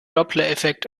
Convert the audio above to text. dopplereffekt